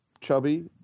chubby